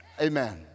Amen